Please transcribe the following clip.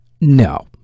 No